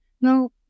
No